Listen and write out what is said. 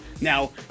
Now